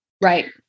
Right